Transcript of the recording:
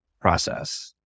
process